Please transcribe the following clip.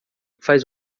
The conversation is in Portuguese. faz